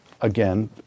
again